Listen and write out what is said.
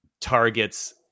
targets